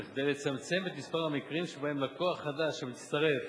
כדי לצמצם את מספר המקרים שבהם לקוח חדש המצטרף